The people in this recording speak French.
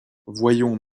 voyons